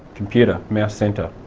computer, mouse centre.